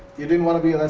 you didn't wanna be ah,